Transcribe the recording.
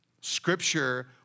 Scripture